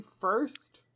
first